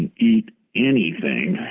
and eat anything,